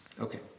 Okay